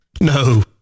No